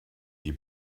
die